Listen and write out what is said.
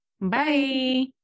Bye